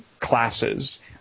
classes